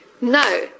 No